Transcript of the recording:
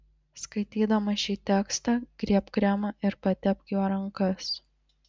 skaitydama šį tekstą griebk kremą ir patepk juo rankas